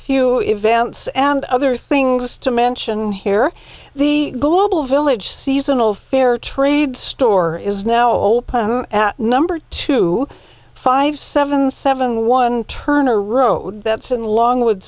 few events and other things to mention here the global village seasonal fair trade store is now open at number two five seven seven one turner road that's in longwood